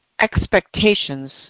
expectations